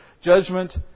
judgment